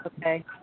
Okay